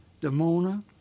Damona